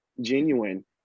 Genuine